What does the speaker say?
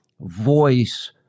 voice